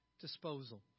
disposal